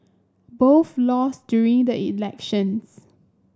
both lost during the elections